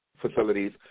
facilities